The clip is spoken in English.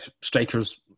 strikers